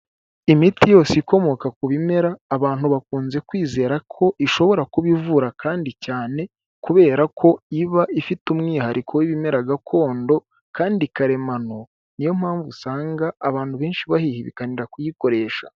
Imiti yose ikomoka ku bimera, abantu bakunze kwizera ko ishobora kuba ivura kandi cyane, kubera ko iba ifite umwihariko w'ibimera gakondo, kandi karemano, niyo mpamvu usanga abantu benshi bahihibikanira kuyikoresha.